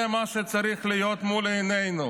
זה מה שצריך להיות מול עינינו.